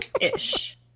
Ish